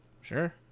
Sure